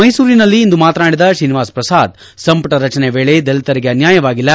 ಮೈಸೂರಿನಲ್ಲಿ ಇಂದು ಮಾತನಾಡಿದ ತ್ರೀನಿವಾಸ್ ಪ್ರಸಾದ್ ಸಂಪುಟ ರಚನೆ ವೇಳೆ ದಲಿತರಿಗೆ ಅನ್ವಾಯವಾಗಿಲ್ಲ